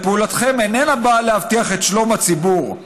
הרי פעולתכם איננה באה להבטיח את שלום הציבור.